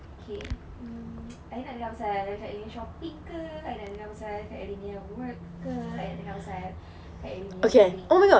okay um I nak dengar pasal kak alin punya shopping ke I nak dengar pasal kak alin punya work ke nak dengar pasal kak alin punya wedding